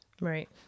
Right